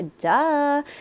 duh